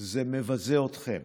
זה מבזה אתכם.